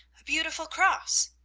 a beautiful cross.